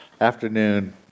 afternoon